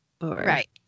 Right